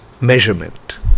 measurement